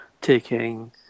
taking